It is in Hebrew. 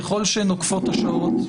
ככל שנוקפות השעות,